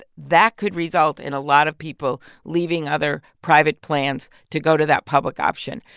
that could result in a lot of people leaving other private plans to go to that public option.